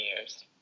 years